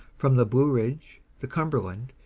from the blue ridge, the cumberland,